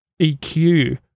eq